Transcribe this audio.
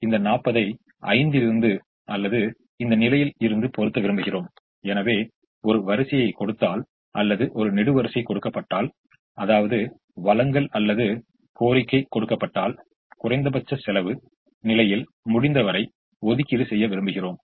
ஒதுக்கப்பட்ட நிலைகளிலிருந்து மட்டுமே நாம் இந்த மாற்றங்களைச் செய்கிறோம் என்பதைக் கவனியுங்கள் இதிலிருந்து நாம் ஒரு 1 ஐ பொருத்தலாம் அதுபோல் இதிலிருந்து 1 ஐ கொண்டு பூர்த்தி செய்யலாம் மேலும் இதிலிருந்து எ 1 ஐ கொண்டு பூர்த்தி செய்யலாம்